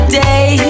day